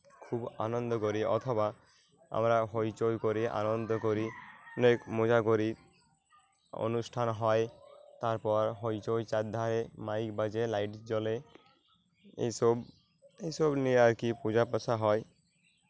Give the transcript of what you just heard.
খুব আনন্দ করি অথবা আমরা হইচই করি আনন্দ করি অনেক মজা করি অনুষ্ঠান হয় তারপর হইচই চারধারে মাইক বাজে লাইট জ্বলে এইসব এইসব নিয়ে আর কি পূজা পাসা হয়